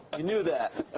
you knew that.